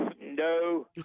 No